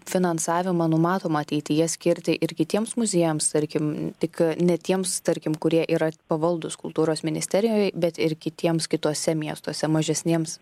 finansavimą numatoma ateityje skirti ir kitiems muziejams tarkim tik ne tiems tarkim kurie yra pavaldūs kultūros ministerijoje bet ir kitiems kituose miestuose mažesniems